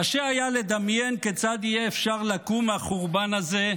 קשה היה לדמיין כיצד יהיה אפשר לקום מהחורבן הזה,